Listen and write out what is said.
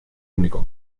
único